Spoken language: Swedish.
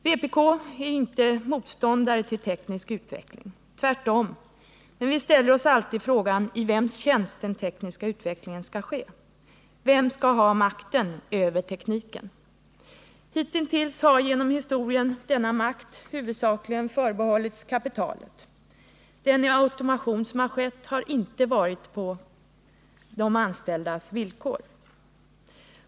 Vpk är inte motståndare till teknisk utveckling — tvärtom, men vi ställer frågan i vems tjänst den tekniska utvecklingen skall ske. Vem skall ha makten över tekniken? Hitintills har genom historien denna makt huvudsakligen förbehållits kapitalet. Den automation som har skett har inte skett på de anställdas villkor.